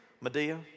Medea